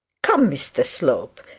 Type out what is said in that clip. come, mr slope,